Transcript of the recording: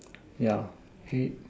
yeah